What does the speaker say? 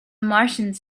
martians